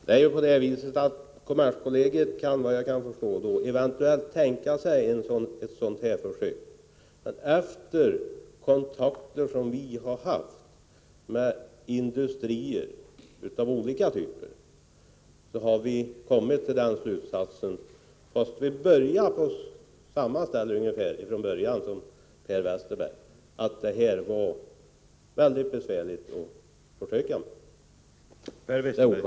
Herr talman! Kommerskollegium kan, efter vad jag kan förstå, eventuellt tänka sig ett sådant här försök. Efter kontakter som vi har haft med industrier av olika typer, har vi emellertid kommit till den slutsatsen — trots att vi började med ungefär samma utgångspunkt som Per Westerberg — att detta skulle bli ett mycket besvärligt försök. Det är orsaken.